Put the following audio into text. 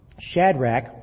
Shadrach